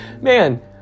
Man